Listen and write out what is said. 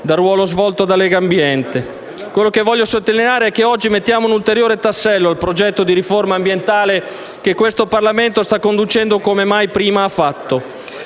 dal ruolo svolto da Legambiente. Voglio sottolineare che oggi aggiungiamo un ulteriore tassello al progetto di riforma ambientale che questo Parlamento sta conducendo come mai prima ha fatto.